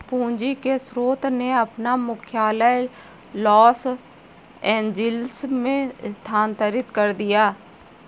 पूंजी के स्रोत ने अपना मुख्यालय लॉस एंजिल्स में स्थानांतरित कर दिया